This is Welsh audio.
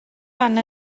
fan